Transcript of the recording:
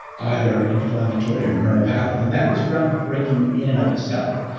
either inflammatory or neuropathic, and that was groundbreaking in and of itself.